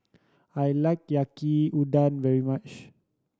I like Yaki Udon very much